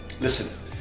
Listen